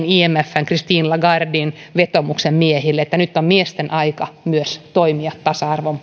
imfn christine lagarden vetoomuksen miehille nyt on myös miesten aika toimia tasa arvon